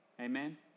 Amen